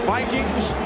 Vikings